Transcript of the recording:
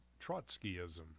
Trotskyism